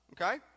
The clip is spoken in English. Okay